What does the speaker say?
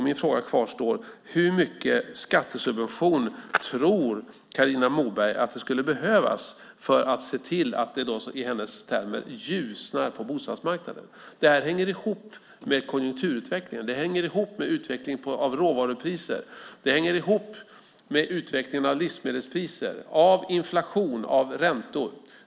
Min fråga kvarstår: Hur stora skattesubventioner tror Carina Moberg skulle behövas för att det, som hon sade, ska ljusna på bostadsmarknaden? Det hänger ihop med konjunkturutvecklingen, med utvecklingen av råvarupriser, livsmedelspriser, inflation, räntor.